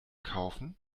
kaufen